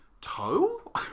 toe